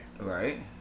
Right